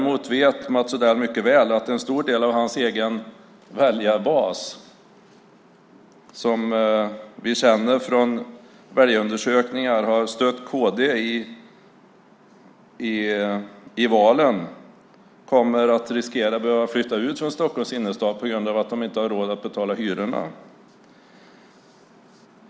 Mats Odell vet mycket väl att en stor del av hans egen väljarbas - vi vet från väljarundersökningar att de har stött kd i valen - riskerar att behöva flytta ut från Stockholms innerstad på grund av att de inte har råd att betala hyrorna.